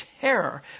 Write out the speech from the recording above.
terror